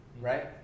right